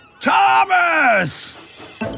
Thomas